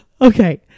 okay